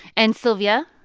and sylvia,